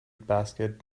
basket